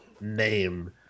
name